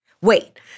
Wait